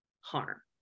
harm